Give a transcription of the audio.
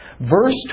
Verse